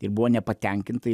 ir buvo nepatenkinta ir